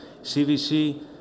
CVC